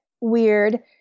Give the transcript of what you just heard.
weird